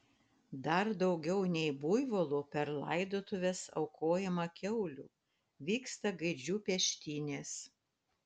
dar daugiau nei buivolų per laidotuves aukojama kiaulių vyksta gaidžių peštynės